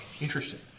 Interesting